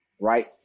right